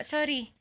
Sorry